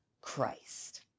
Christ